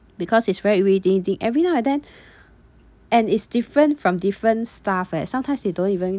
because it's very irritating every now and then and is different from different staff eh sometimes they don't even